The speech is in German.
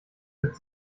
wird